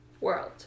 world